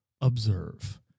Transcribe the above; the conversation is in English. observe